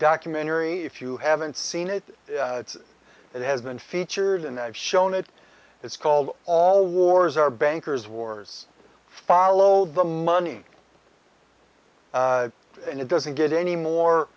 documentary if you haven't seen it it has been featured in i've shown it it's called all wars are bankers wars follow the money and it doesn't get any